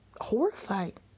horrified